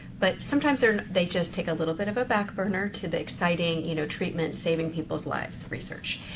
but sometimes they're, they just take a little bit of a back burner to the exciting, you know, treatment saving people's lives research.